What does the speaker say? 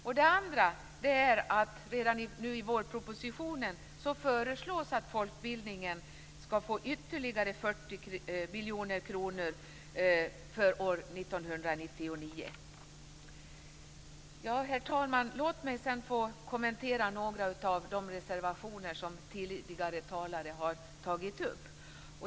Vidare föreslogs det redan i vårpropositionen att folkbildningen skall få ytterligare Herr talman! Låt mig sedan få kommentera några av de reservationer som tidigare talare har tagit upp.